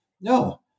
no